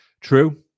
True